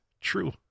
true